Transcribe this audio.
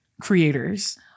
creators